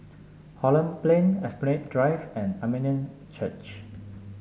Holland Plain Esplanade Drive and Armenian Church